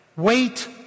Wait